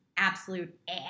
absolute